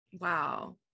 Wow